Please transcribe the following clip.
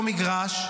המגרש הוא אותו מגרש,